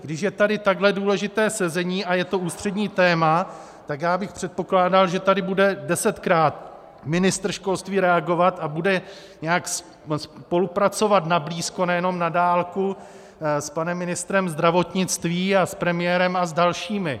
Když je tady takhle důležité sezení a je to ústřední téma, tak bych předpokládal, že tady bude desetkrát ministr školství reagovat a bude nějak spolupracovat na blízko, nejenom na dálku s panem ministrem zdravotnictví, s premiérem a s dalšími.